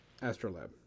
Astrolab